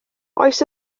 oes